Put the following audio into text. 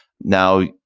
Now